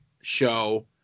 show